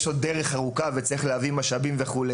יש עוד דרך ארוכה; צריך להביא משאבים וכו',